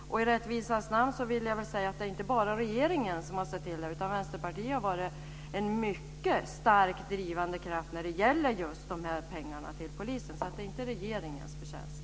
I rättvisans namn vill jag säga att det inte bara är regeringen som har sett till detta, utan Vänsterpartiet har också varit en mycket starkt drivande kraft när det gäller just pengarna till polisen. Det är alltså inte regeringens förtjänst.